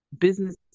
business